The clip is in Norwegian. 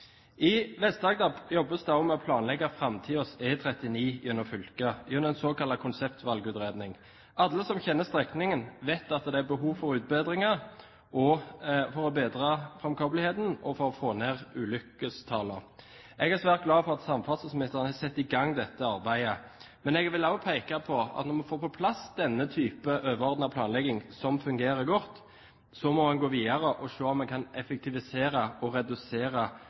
I Vest-Agder jobbes det også med å planlegge framtidens E39 gjennom fylket gjennom en såkalt konseptvalgutredning. Alle som kjenner strekningen, vet at det er behov for utbedringer for å bedre framkommeligheten og for å få ned ulykkestallene. Jeg er svært glad for at samferdselsministeren har satt i gang dette arbeidet, men jeg vil også peke på at når en får på plass denne type overordnet planlegging, som fungerer godt, må en gå videre og se om en kan effektivisere og redusere